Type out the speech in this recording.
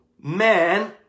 man